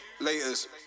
laters